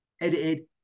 Edited